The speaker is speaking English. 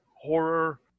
horror